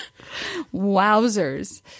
Wowzers